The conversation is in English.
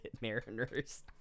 Mariners